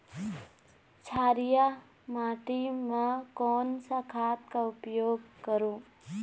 क्षारीय माटी मा कोन सा खाद का उपयोग करों?